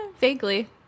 vaguely